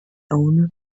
owner